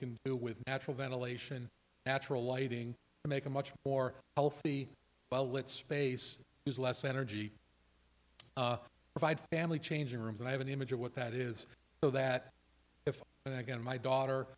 can do with natural ventilation natural lighting to make a much more healthy well let's space is less energy provide family changing rooms and i have an image of what that is so that if i get my daughter